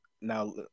now